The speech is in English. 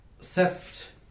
theft